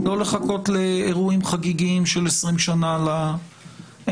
לא לחכות לאירועים חגיגיים של 20 שנה לחוק.